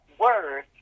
word